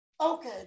Okay